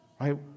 Right